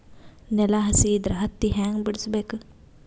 ನೆಲ ಹಸಿ ಇದ್ರ ಹತ್ತಿ ಹ್ಯಾಂಗ ಬಿಡಿಸಬೇಕು?